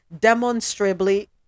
demonstrably